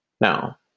Now